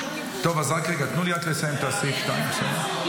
טוב, אז רק רגע, תנו לי לסיים את סעיף 2, בסדר?